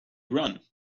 run